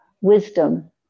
wisdom